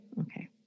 okay